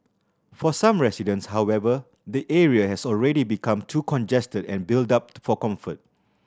for some residents however the area has already become too congested and built up for comfort